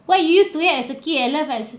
what you used to eat as a kid I love as